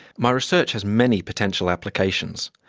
my research has many potential applications,